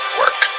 work